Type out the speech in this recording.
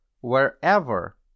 wherever